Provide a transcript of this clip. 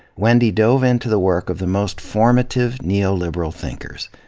wendy dove into the work of the most formative neoliberal thinkers,